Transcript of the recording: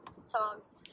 songs